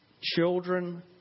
children